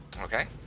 Okay